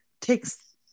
takes